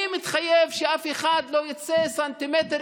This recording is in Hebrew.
אני מתחייב שאף אחד לא יצא סנטימטר